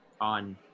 on